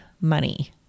money